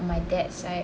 my dad's side